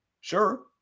sure